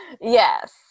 Yes